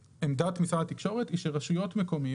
אנחנו רואים את התהליך שמשרד התקשורת מבצע במספר גורמים,